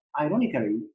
ironically